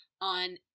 on